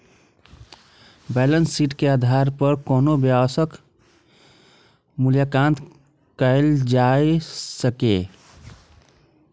balance sheet के आधार पर कोनो व्यवसायक मूल्यांकन कैल जा सकैए